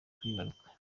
kwibaruka